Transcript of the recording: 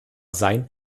sein